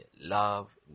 Love